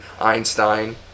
Einstein